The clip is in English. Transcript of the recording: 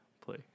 play